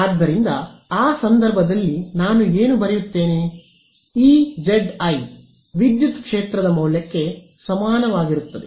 ಆದ್ದರಿಂದ ಆ ಸಂದರ್ಭದಲ್ಲಿ ನಾನು ಏನು ಬರೆಯುತ್ತೇನೆ ಇಜೆಡ್ ಐ ವಿದ್ಯುತ್ ಕ್ಷೇತ್ರದ ಮೌಲ್ಯಕ್ಕೆ ಸಮಾನವಾಗಿರುತ್ತದೆ